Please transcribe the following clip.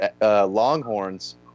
Longhorns